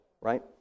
right